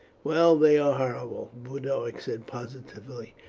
well, they are horrible, boduoc said positively.